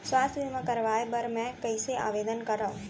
स्वास्थ्य बीमा करवाय बर मैं कइसे आवेदन करव?